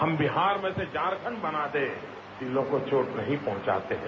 हम बिहार में से झारखंड बना दें दिलों को चोट नहीं पहुंचाते हैं